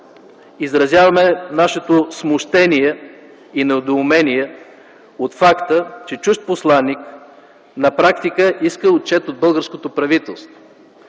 изразяваме нашето смущение и недоумение от факта, че чужд посланик на практика иска отчет от българското правителство.